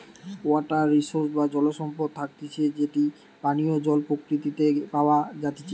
water resource বা জল সম্পদ থাকতিছে যেটি পানীয় জল প্রকৃতিতে প্যাওয়া জাতিচে